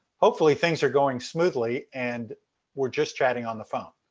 hopefully things are going smoothly and we're just chatting on the phone.